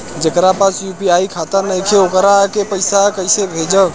जेकरा पास यू.पी.आई खाता नाईखे वोकरा के पईसा कईसे भेजब?